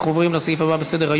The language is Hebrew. אנחנו עוברים לסעיף הבא בסדר-היום: